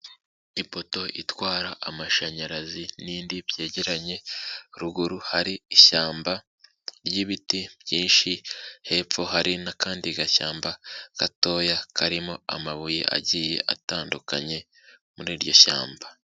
Ipoto itwara amashanyarazi n'indi byegeranye, ruguru hari ishyamba ry'ibiti byinshi, hepfo hari n'akandi gashyamba gatoya karimo amabuye agiye atandukanye muri iryo shyamba.